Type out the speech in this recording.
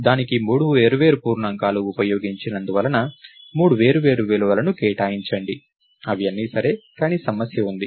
దానికి మూడు వేర్వేరు పూర్ణాంకాలు ఉపయోగించినందున మూడు వేర్వేరు విలువలను కేటాయించండి అవి అన్నీ సరే కానీ సమస్య ఉంది